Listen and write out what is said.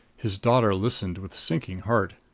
his daughter listened with sinking heart.